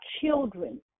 children